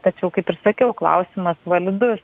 tačiau kaip ir sakiau klausimas vandus